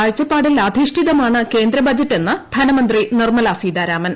കാഴ്ചപ്പാടിൽ അധിഷ്ഠിതമാണ് കേന്ദ്ര ബജറ്റെന്ന് ധനമന്ത്രി നിർമ്മല സീതാരാമൻ